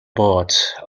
boat